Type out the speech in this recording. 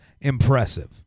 impressive